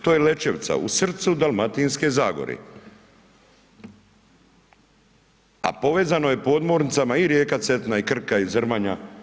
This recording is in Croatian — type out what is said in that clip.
To je Lečevica u srcu Dalmatinske zagore, a povezano je podmornicama i rijeka Cetina, i Krka i Zrmanja.